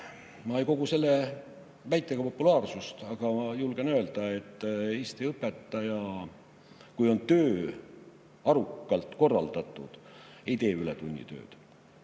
ma ei kogu selle väitega populaarsust, aga ma julgen öelda, et Eesti õpetaja, kui töö on arukalt korraldatud, ei tee aastas